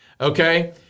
Okay